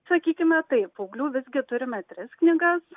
sakykime taip paauglių visgi turime tris knygas